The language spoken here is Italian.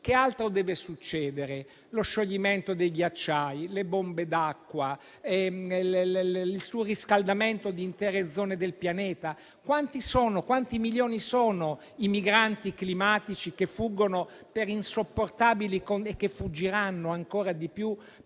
Che altro deve succedere oltre allo scioglimento dei ghiacciai, alle bombe d'acqua o al surriscaldamento di intere zone del pianeta? Quanti milioni sono i migranti climatici che fuggono e che fuggiranno ancora di più